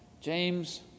James